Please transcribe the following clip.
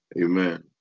Amen